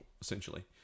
essentially